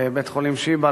בבית-החולים "שיבא",